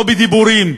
לא בדיבורים,